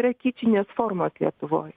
yra kičinės formos lietuvoj